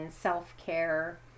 self-care